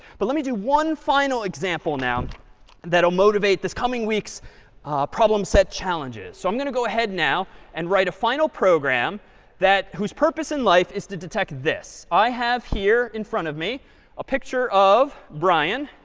but let me do one final example now that will motivate this coming week's problem set challenges. so i'm going to go ahead now and write a final program that whose purpose in life is to detect this. i have here in front of me a picture of brian